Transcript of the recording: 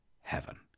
heaven